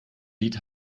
lied